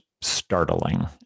startling